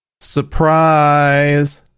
surprise